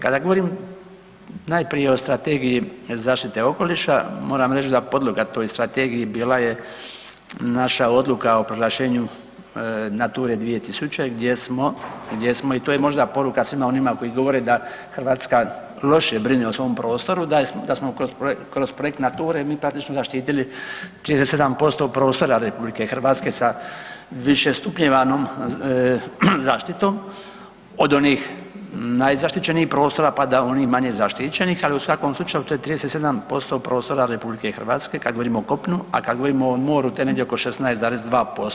Kada govorim najprije o Strategiji zaštite okoliša, moram reći da podloga toj strategiji bila je naša odluka o proglašenju Nature 2000 gdje smo i to je možda poruka svima onima koji govore da Hrvatska loše brine o svom prostoru, da smo kroz projekt Nature mi praktično zaštitili 37% prostora RH sa više stupnjevanom zaštitom od onih najzaštićenijih prostora pa do onih manje zaštićenih, ali u svakom slučaju tih 37% prostora RH kada govorimo o kopnu, a kada govorimo o moru to je negdje oko 16,2%